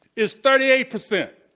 it's thirty eight percent.